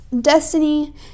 Destiny